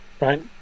Right